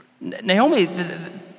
Naomi